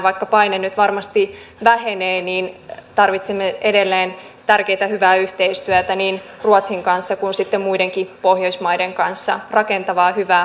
vaikka paine nyt varmasti vähenee niin tarvitsemme edelleen tärkeätä hyvää yhteistyötä niin ruotsin kanssa kuin sitten muidenkin pohjoismaiden kanssa rakentavaa hyvää luotettavaa yhteistyötä